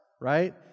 right